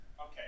Okay